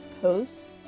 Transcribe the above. post